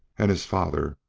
and his father,